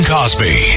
Cosby